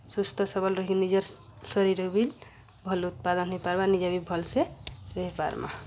ସୁସ୍ଥସବଲ୍ ରହିି ନିଜର୍ ଶରୀର ବି ଭଲ୍ ଉତ୍ପାଦନ ହେଇପାର୍ବା ନିଜେ ବି ଭଲ୍ସେ ରହିପାର୍ମା